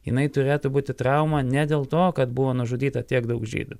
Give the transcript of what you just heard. jinai turėtų būti trauma ne dėl to kad buvo nužudyta tiek daug žydų